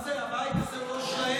מה זה, הבית הזה הוא לא שלהם?